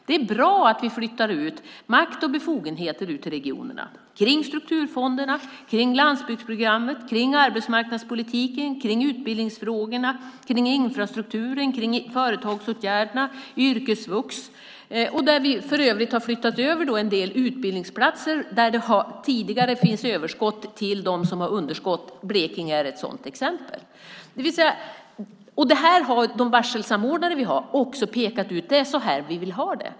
Det är bra att vi flyttar ut makt och befogenheter i regionerna, det vill säga strukturfonderna, landsbygdsprogrammet, arbetsmarknadspolitiken, utbildningsfrågorna, infrastrukturen, företagsåtgärder och yrkesvux. Vi har för övrigt flyttat över en del utbildningsplatser där det tidigare har funnits överskott till dem som har underskott. Blekinge är ett sådant exempel. Våra varselsamordnare har också pekat ut att det är så de vill ha det.